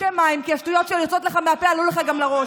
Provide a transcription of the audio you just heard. תשתה מים כי השטויות שיוצאות לך מהפה עלו לך גם לראש.